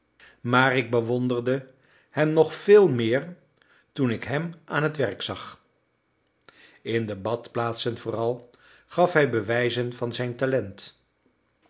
maar ik bewonderde hem nog veel meer toen ik hem aan het werk zag in de badplaatsen vooral gaf hij bewijzen van zijn talent